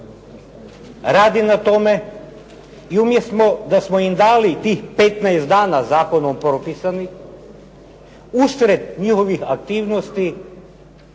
radi na tome i umjesto da smo im dali tih 15 dana zakonom propisanih, usred njihovih aktivnosti